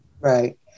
Right